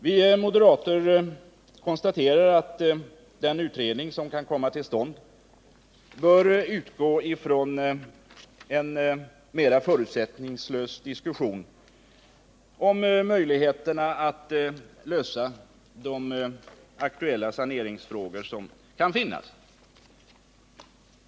Vi moderater konstaterar att den utredning som kan komma till stånd bör utgå från en mera förutsättningslös diskussion om möjligheterna att lösa de aktuella saneringsfrågor som kan finnas.